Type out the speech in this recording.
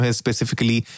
specifically